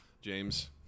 James